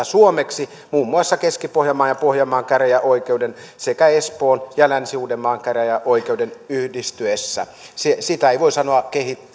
suomeksi muun muassa keski pohjanmaan ja pohjanmaan käräjäoikeuden sekä espoon ja länsi uudenmaan käräjäoikeuden yhdistyessä sitä ei voi sanoa